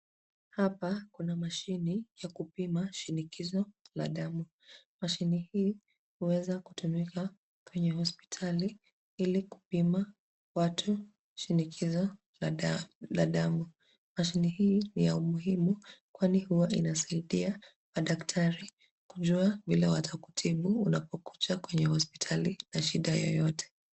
Hapa kuna mashini ya kupima shinikizo la damu. Mashini hii inaweza kutumika kwenye hospitali ili kupima watu shinikizo la damu. Mashini hii ni ya umuhimu kwani huwa inasaidia madaktari kujua vile watakutibu na kukuja kwenye hospitali na shida yoyote.